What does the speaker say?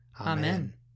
Amen